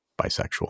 bisexual